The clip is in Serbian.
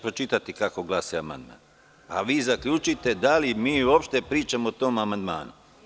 Pročitaću kako glasi amandman, a vi zaključite da li mi uopšte pričamo o tom amandmanu.